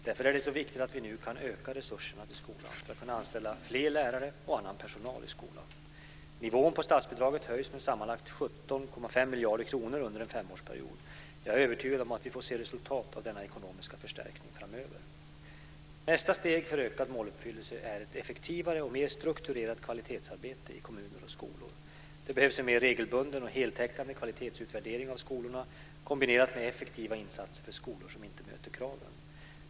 Därför är det så viktigt att vi nu kan öka resurserna till skolan för att kunna anställa fler lärare och annan personal i skolan. Nivån på statsbidraget höjs med sammanlagt 17,5 miljarder under en femårsperiod. Jag är övertygad om att vi får se resultat av denna ekonomiska förstärkning framöver. Nästa steg för ökad måluppfyllelse är ett effektivare och mer strukturerat kvalitetsarbete i kommuner och skolor. Det behövs en mer regelbunden och heltäckande kvalitetsutvärdering av skolorna, kombinerat med effektiva insatser för skolor som inte möter kraven.